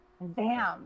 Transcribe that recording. bam